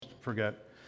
forget